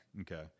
Okay